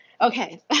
Okay